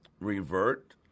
revert